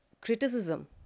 Criticism